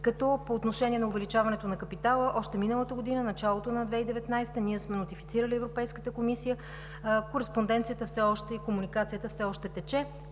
като по отношение на увеличаването на капитала още миналата година, в началото на 2019 г., сме нотифицирали Европейската комисия. Кореспонденцията и комуникацията все още текат.